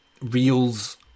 reels